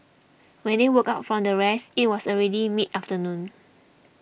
when they woke up from their rest it was already mid afternoon